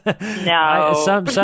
no